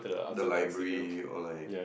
the library or like